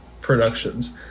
productions